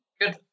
Good